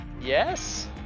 yes